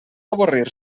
avorrir